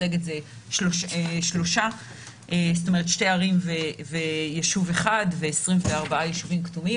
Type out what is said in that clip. שתי ערים וישוב אחד, ו-24 ישובים כתומים.